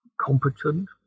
competent